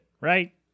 Right